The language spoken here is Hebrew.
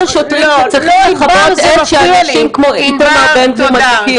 השוטרים שצריכים לכבות אש שאנשים כמו איתמר בן גביר מדליקים.